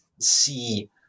see